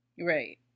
Right